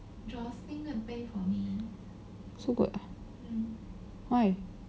so good ah why